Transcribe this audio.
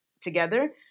together